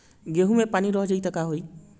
गेंहू मे पानी रह जाई त का होई?